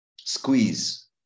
squeeze